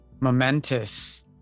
momentous